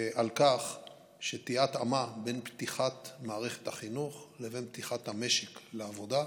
על כך שתהיה התאמה בין פתיחת מערכת החינוך לבין פתיחת המשק לעבודה.